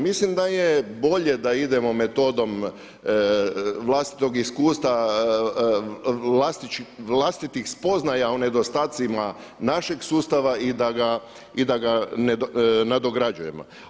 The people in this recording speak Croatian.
Mislim da je bolje da idemo metodom vlastitog iskustva, vlastitih spoznaja o nedostacima našeg sustava i da ga nadograđujemo.